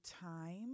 time